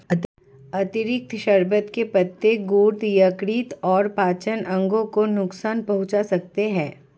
अतिरिक्त शर्बत के पत्ते गुर्दे, यकृत और पाचन अंगों को नुकसान पहुंचा सकते हैं